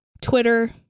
Twitter